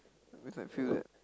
cause I feel that